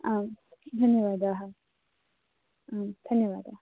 आम् धन्यवादाः आम् धन्यवादाः